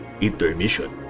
intermission